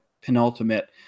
penultimate